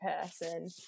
person